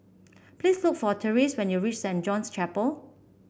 please look for Therese when you reach Saint John's Chapel